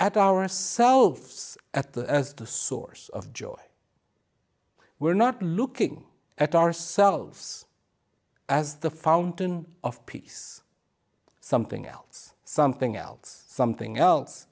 at ourselves at the source of joy we're not looking at ourselves as the fountain of peace something else something else something else